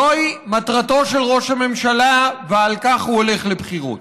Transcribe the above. זוהי מטרתו של ראש הממשלה ועל כך הוא הולך לבחירות.